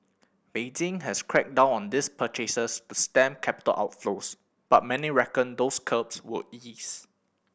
Beijing has cracked down on these purchases to stem capital outflows but many reckon those curbs will ease